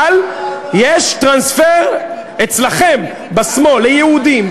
אבל יש טרנספר אצלכם, בשמאל, ליהודים.